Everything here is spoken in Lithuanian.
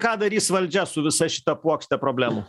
ką darys valdžia su visa šita puokšte problemų